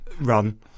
run